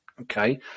okay